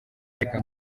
amerika